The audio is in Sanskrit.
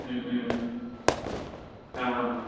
आम् आम् आम्